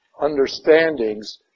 understandings